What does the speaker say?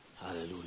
hallelujah